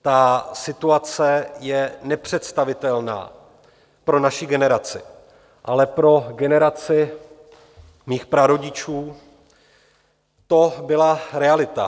Ta situace je nepředstavitelná pro naši generaci, ale pro generaci mých prarodičů to byla realita.